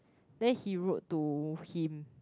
then he wrote to him